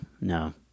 no